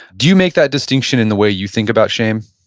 do you make that distinction in the way you think about shame?